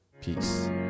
Peace